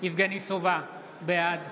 יבגני סובה, בעד